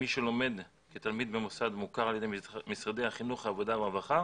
מי שלומד כתלמיד במוסד מוכר על ידי משרדי החינוך והעבודה והרווחה